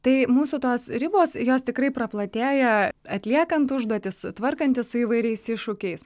tai mūsų tos ribos jos tikrai praplatėja atliekant užduotis tvarkantis su įvairiais iššūkiais